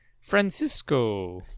Francisco